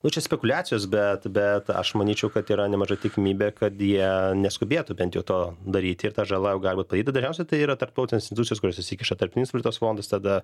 nu čia spekuliacijos bet bet aš manyčiau kad yra nemaža tikimybė kad jie neskubėtų bent jau to daryti ir ta žala jau gali būt padaryta dažniausia tai yra tarptautinės institucijos kuris įsikiša tarpinis valiutos fondas tada